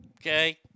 Okay